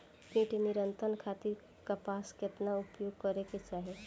कीट नियंत्रण खातिर कपास केतना उपयोग करे के चाहीं?